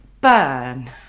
Burn